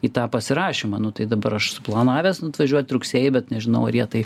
į tą pasirašymą nu tai dabar aš suplanavęs atvažiuoti rugsėjį bet nežinau ar jie tai